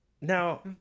Now